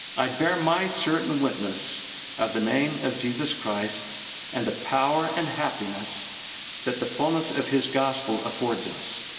i bear my certain witness of the name of jesus christ and the power and happiness that the fullness of his gospel affords us.